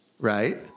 right